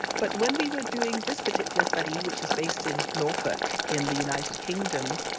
but when we were doing this particular study, which is based in norfolk in the united kingdom,